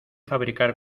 fabricar